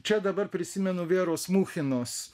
čia dabar prisimenu veros muchinos